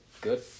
good